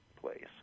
place